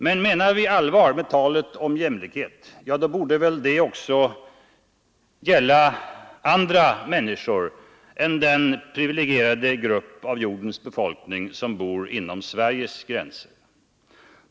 Men menar vi allvar med talet om jämlikhet, borde detta även gälla andra människor än den privilegierade grupp av jordens befolkning som bor inom Sveriges gränser.